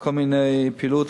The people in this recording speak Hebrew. כל מיני פעילויות,